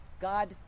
God